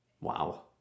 Wow